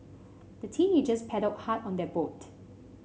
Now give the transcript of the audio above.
the teenagers paddled hard on their boat